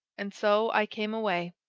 and so i came away.